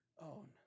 own